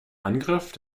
angriff